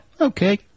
Okay